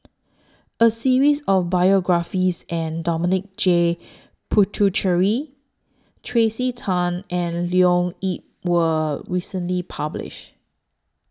A series of biographies and Dominic J Puthucheary Tracey Tan and Leo Yip was recently published